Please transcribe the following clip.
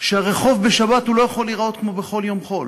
שהרחוב בשבת לא יכול להיראות כמו בכל יום חול.